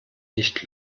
nicht